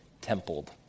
templed